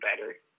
better